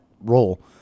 role